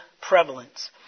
prevalence